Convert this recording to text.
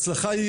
הצלחה בחינוך,